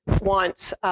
wants